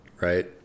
Right